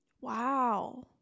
Wow